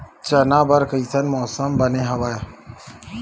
चना बर कइसन मौसम बने हवय?